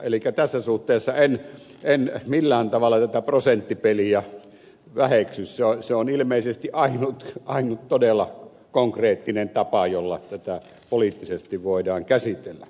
elikkä tässä suhteessa en millään tavalla tätä prosenttipeliä väheksy se on ilmeisesti ainut todella konkreettinen tapa jolla tätä poliittisesti voidaan käsitellä